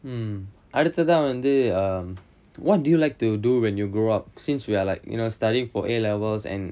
அடுத்ததா வந்து:aduthathaa vanthu what do you like to do when you grow up since we are like you know studying for A levels and